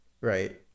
right